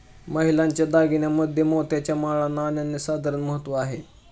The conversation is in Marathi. महिलांच्या दागिन्यांमध्ये मोत्याच्या माळांना अनन्यसाधारण महत्त्व आहे